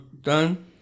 done